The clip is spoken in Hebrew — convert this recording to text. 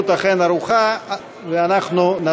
מילאתי את תפקידי הכפול,